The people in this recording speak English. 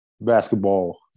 basketball